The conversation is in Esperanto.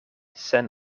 sen